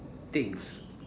things